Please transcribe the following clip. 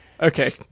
okay